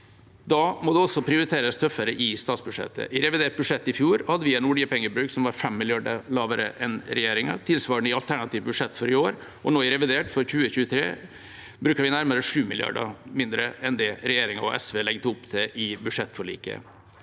Da må det også prioriteres tøffere i statsbudsjettet. I revidert budsjett i fjor hadde vi en oljepengebruk som var 5 mrd. kr lavere enn regjeringa. Tilsvarende i alternativt budsjett for i år og nå i revidert for 2023 bruker vi nærmere 7 mrd. kr mindre enn det regjeringa og SV legger opp til i budsjettforliket.